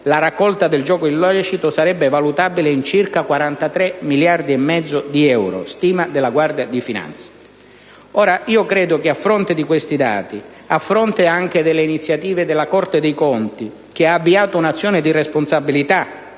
la raccolta del gioco illecito sarebbe valutabile in circa 43 miliardi e mezzo di euro (stima della Guardia di finanza). A fronte di questi dati, a fronte anche delle iniziative della Corte dei conti, che ha avviato un'azione di responsabilità